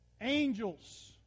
angels